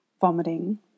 vomiting